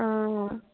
অ